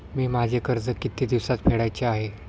मी माझे कर्ज किती दिवसांत फेडायचे आहे?